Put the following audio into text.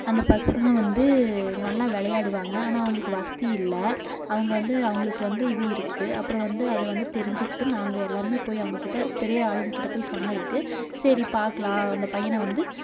அந்த பசங்கள் வந்து நல்லா விளையாடுவாங்க ஆனால் அவங்களுக்கு வசதி இல்லை அவங்க வந்து அவங்களுக்கு வந்து இது இருக்கு அப்புறம் வந்து அதை வந்து தெரிஞ்சுக்கிட்டு நாங்கள் எல்லோருமே போய் அவங்கக்கிட்ட பெரிய ஆளுங்கக்கிட்டே போய் சொன்னதுக்கு சரி பார்க்கலாம் அந்த பையனை வந்து